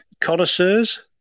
connoisseurs